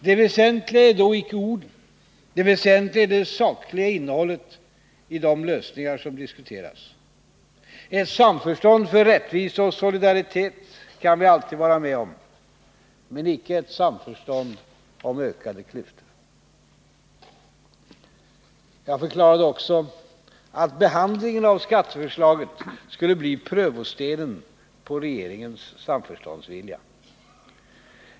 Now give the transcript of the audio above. Det väsentliga är då icke orden, det väsentliga är det sakliga innehållet i de lösningar som diskuteras. Ett samförstånd för rättvisa och solidaritet kan vi alltid vara med om, men icke ett samförstånd om ökade klyftor.” Jag förklarade också att behandlingen av skatteförslaget skulle bli prövostenen på regeringens samförståndsvilja.